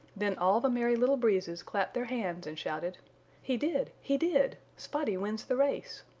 then all the merry little breezes clapped their hands and shouted he did! he did! spotty wins the race!